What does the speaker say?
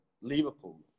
Liverpool